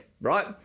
Right